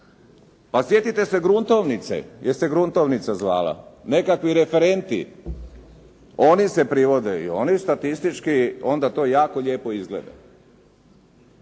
Pa sjetite se «Gruntovnice», jel' se «Gruntovnica» zvala? Nekakvi referenti. Oni se privode i oni statistički, onda to jako lijepo izgleda.